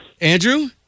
Andrew